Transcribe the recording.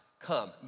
come